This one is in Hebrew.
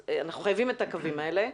אז אנחנו חייבים את הקווים האלה,